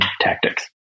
tactics